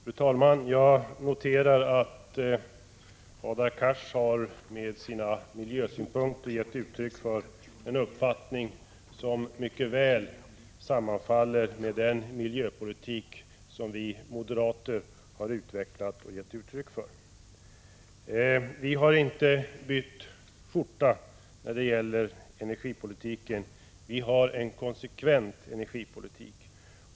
Fru talman! Jag noterar att Hadar Cars har givit uttryck för en uppfattning som mycket väl sammanfaller med de miljöpolitiska synpunkter som vi moderater har. Vi har inte bytt skjorta när det gäller energipolitiken. Vi driver en konsekvent energipolitik.